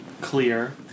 clear